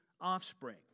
offspring